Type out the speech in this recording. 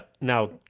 now